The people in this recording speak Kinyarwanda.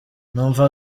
numva